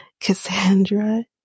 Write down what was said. Cassandra